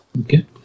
Okay